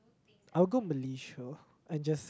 I will go Malaysia and just